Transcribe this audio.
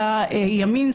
ימין,